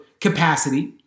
capacity